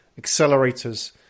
accelerators